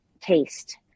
taste